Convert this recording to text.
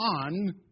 on